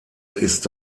ist